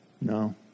No